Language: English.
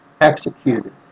executed